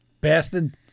Bastard